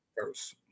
first